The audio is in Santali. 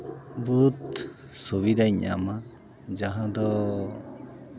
ᱵᱚᱦᱩᱫ ᱥᱩᱵᱤᱫᱷᱟᱧ ᱧᱟᱢᱟ ᱡᱟᱦᱟᱸ ᱫᱚ